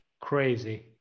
Crazy